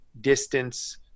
distance